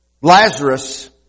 Lazarus